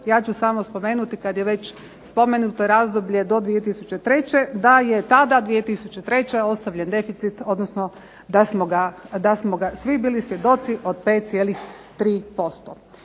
Ja ću samo spomenuti kada je već spomenuto razdoblje do 2003. da je tada 2003. ostavljen deficit odnosno da smo ga svi bili svjedoci od 5,3%.